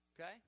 okay